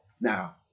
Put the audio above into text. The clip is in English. Now